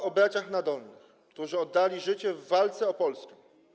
Mowa o braciach Nadolnych, którzy oddali życie w walce o Polskę.